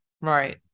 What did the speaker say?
right